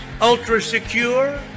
ultra-secure